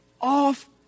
off